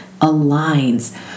aligns